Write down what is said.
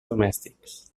domèstics